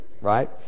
right